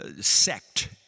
sect